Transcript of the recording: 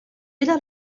era